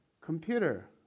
computer